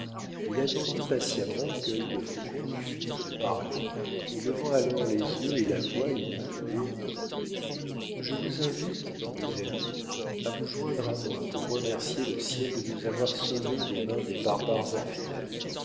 il attendit patiemment quœil de faucon eût fini de parler et levant alors les yeux et la voix il dit tout haut je vous invite mes amis à vous joindre à moi pour remercier le ciel de nous avoir sauvés des mains des barbares infidèles